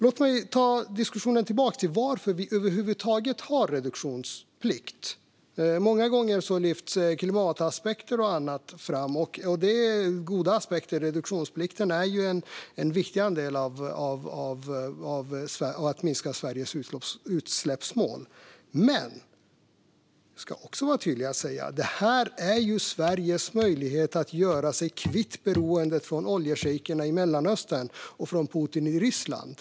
Låt mig ta diskussionen tillbaka till varför vi över huvud taget har reduktionsplikt. Många gånger lyfts klimataspekter och annat fram. Det är goda aspekter. Reduktionsplikten är en viktig del för att minska utsläppen och nå Sveriges utsläppsmål. Men vi ska också vara tydliga med att säga att det är Sveriges möjlighet att göra sig kvitt beroendet av oljeschejkerna i Mellanöstern och Putin i Ryssland.